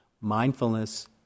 Mindfulness